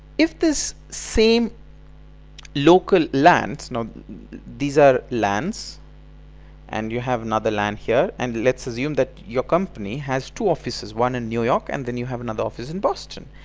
if this same local lans, now these are lans and you have another lan here and let's assume that your company has two offices, one in new york and then you have another office in boston!